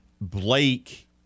Blake